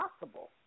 possible